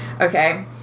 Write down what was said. Okay